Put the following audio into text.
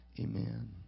Amen